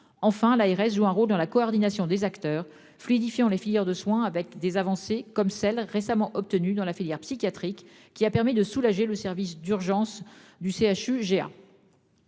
Enfin, l'ARS joue un rôle dans la coordination des acteurs fluidifiant les filières de soins avec des avancées comme celles récemment obtenu dans la filière psychiatrique qui a permis de soulager le service d'urgences du CHU,